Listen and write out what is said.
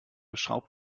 schraubt